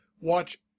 watch